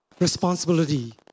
responsibility